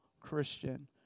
Christian